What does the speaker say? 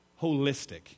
Holistic